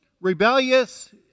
Rebellious